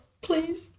please